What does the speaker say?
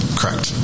Correct